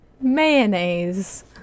mayonnaise